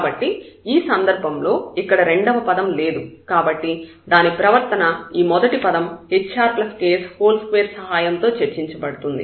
కాబట్టి ఈ సందర్భంలో ఇక్కడ రెండవ పదం లేదు కాబట్టి దాని ప్రవర్తన ఈ మొదటి పదం hrks2 సహాయంతో చర్చించబడుతుంది